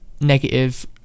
negative